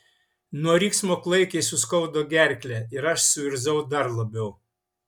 nuo riksmo klaikiai suskaudo gerklę ir aš suirzau dar labiau